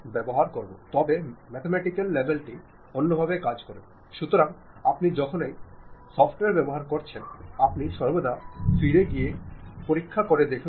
അകത്തും പുറത്തും ആശയവിനിമയം നടത്താം ചില സമയങ്ങളിൽ ആളുകൾക്ക് പരസ്പരം പോയി വിശദീകരണങ്ങൾ തേടാനോ അഭിപ്രായങ്ങൾ തേടാനോ കഴിയും